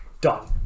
done